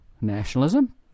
nationalism